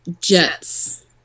Jets